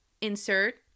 insert